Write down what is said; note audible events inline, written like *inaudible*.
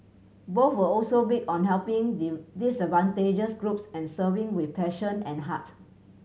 both were also big on helping *unintelligible* disadvantaged groups and serving with passion and heart